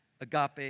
agape